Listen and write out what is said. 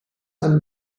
and